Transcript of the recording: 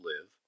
live